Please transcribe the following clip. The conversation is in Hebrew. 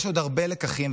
יש עוד הרבה לקחים,